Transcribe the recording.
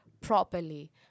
properly